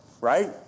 right